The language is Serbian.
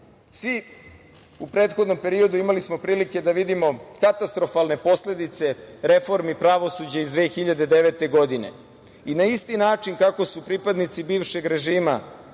smo u prethodnom periodu imali prilike da vidimo katastrofalne posledice reformi pravosuđa iz 2009. godine. Na isti način kako su pripadnici bivšeg režima